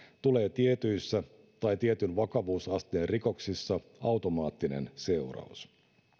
tulee tietyissä tai tietyn vakavuusasteen rikoksissa automaattinen seuraus